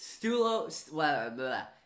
Stulo